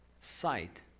sight